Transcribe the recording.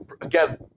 again